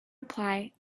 reply